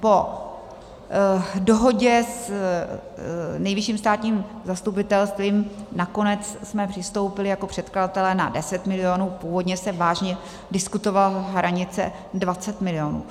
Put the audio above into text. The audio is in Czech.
Po dohodě s Nejvyšším státním zastupitelstvím jsme nakonec přistoupili jako předkladatelé na 10 milionů, původně se vážně diskutovala hranice 20 milionů.